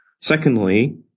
Secondly